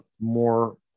more